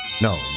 No